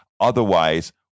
otherwise